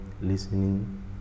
listening